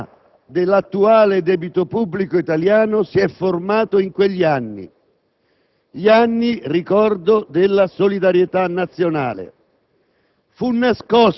metà dell'attuale debito pubblico italiano si è formato in quegli anni: gli anni, ricordo, della solidarietà nazionale.